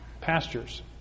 pastures